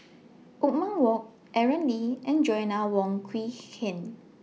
Othman Wok Aaron Lee and Joanna Wong Quee Heng